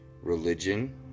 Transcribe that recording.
Religion